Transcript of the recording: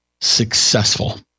successful